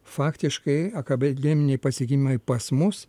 faktiškai akademiniai pasiekimai pas mus